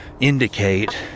indicate